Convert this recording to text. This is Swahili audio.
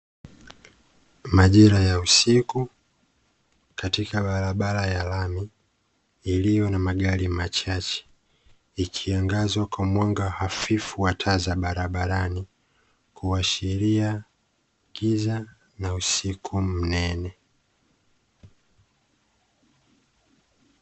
Majira ya usiku katika barabara ya lami iliyona magari machache, ikiangazwa kwa mwanga hafifu wa taa za barabarani kuashiria kiza na usiku mnene.